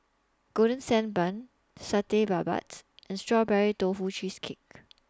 Golden Sand Bun Satay Babat and Strawberry Tofu Cheesecake